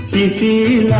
with the